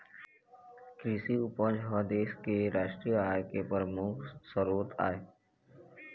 कृषि उपज ह देश के रास्टीय आय के परमुख सरोत आय